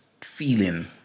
feeling